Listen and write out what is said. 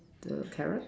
the carrot